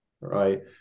right